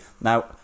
Now